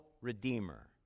redeemer